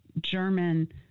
German